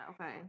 Okay